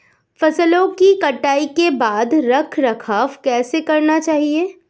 फसलों की कटाई के बाद रख रखाव कैसे करना चाहिये?